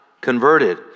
converted